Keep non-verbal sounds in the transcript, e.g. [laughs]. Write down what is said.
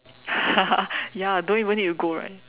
[laughs] ya don't even need to go right